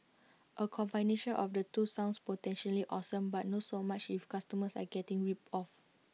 A combination of the two sounds potentially awesome but no so much if customers are getting ripped off